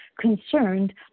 concerned